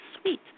sweet